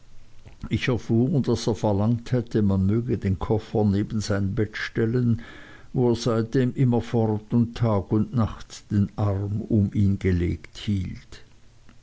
ich erfuhr daß er verlangt hatte man möge den koffer neben sein bett stellen wo er seitdem immerfort und tag und nacht den arm um ihn gelegt hielt